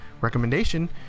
recommendation